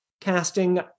Casting